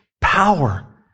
power